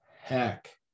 heck